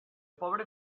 pobre